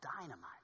dynamite